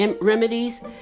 Remedies